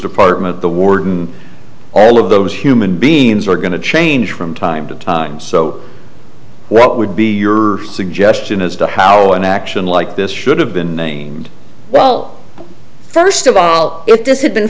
department the warden all of those human beings are going to change from time to time so what would be your suggestion as to how an action like this should have been named well first of all if this had been